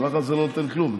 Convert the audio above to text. המהלך הזה לא נותן כלום,